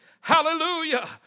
Hallelujah